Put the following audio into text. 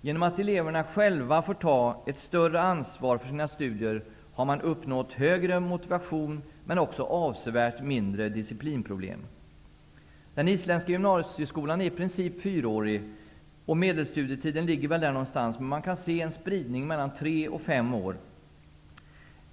Genom att eleverna själva får ta ett större ansvar för sina studier har man uppnått högre motivation, men också avsevärt mindre diciplinproblem. Den isländska gymnasieskolan är i princip fyraårig, och medelstudietiden ligger väl där någonstans. Men man kan se en spridning mellan tre och fem års studier.